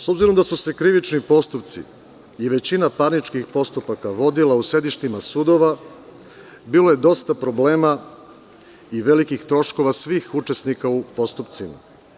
S obzirom da su se krivični postupci i većina parničnih postupaka vodila u sedištima sudova, bilo je dosta problema i velikih troškova svih učesnika u postupcima.